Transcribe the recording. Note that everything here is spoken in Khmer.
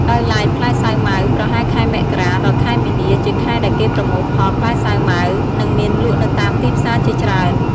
ដោយឡែកផ្លែសាវម៉ាវ ប្រហែលខែមករា ដល់ ខែមិនាជាខែដែលគេប្រមូលផលផ្លែសាវម៉ាវនិងមានលក់នៅតាមទីផ្សារជាច្រើន។